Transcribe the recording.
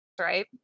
right